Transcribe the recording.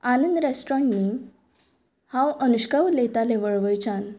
आनंद रॅस्ट्रॉण न्ही हांव अनुष्का उलयतालें वळवयच्यान